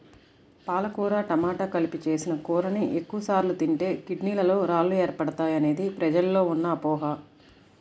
పాలకూర టమాట కలిపి చేసిన కూరని ఎక్కువ సార్లు తింటే కిడ్నీలలో రాళ్లు ఏర్పడతాయనేది ప్రజల్లో ఉన్న అపోహ